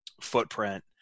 footprint